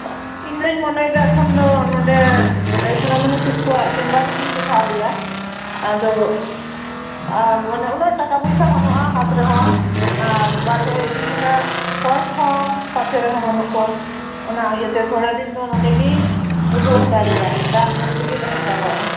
ᱤᱧ ᱫᱩᱧ ᱢᱚᱱᱮᱭᱮᱫᱟ ᱮᱠᱷᱚᱱ ᱫᱚ ᱱᱚᱰᱮ ᱥᱳᱱᱟᱢᱚᱱᱤ ᱠᱤᱥᱠᱩ ᱟᱜ ᱪᱮᱢᱵᱟᱨ ᱨᱮᱜᱮᱤᱧ ᱫᱮᱠᱷᱟᱣᱮᱭᱟ ᱟᱫᱚ ᱟ ᱢᱟᱱᱮ ᱩᱱᱟᱹᱜ ᱴᱟᱠᱟ ᱯᱚᱭᱥᱟ ᱵᱟᱱᱩᱜᱼᱟ ᱦᱟᱛ ᱨᱮᱦᱚᱸ ᱟᱨ ᱵᱟᱨᱦᱮ ᱤᱫᱤ ᱞᱮᱠᱟ ᱦᱚᱲ ᱠᱚ ᱦᱚᱸ ᱯᱟᱥᱮᱨᱮ ᱵᱟᱹᱱᱩᱜ ᱠᱚᱣᱟ ᱚᱱᱟ ᱤᱭᱟᱹᱛᱮ ᱛᱷᱚᱲᱟ ᱫᱤᱱ ᱫᱚ ᱱᱚᱰᱮ ᱜᱤ ᱩᱫᱩᱜ ᱦᱟᱛᱟᱲᱮᱭᱟ ᱨᱟᱱ ᱡᱚᱢ ᱛᱮᱜᱮᱭ ᱛᱟᱸᱦᱮ ᱦᱟᱛᱟᱲᱚᱜᱼᱟ